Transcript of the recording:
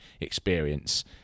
experience